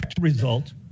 result